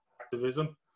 activism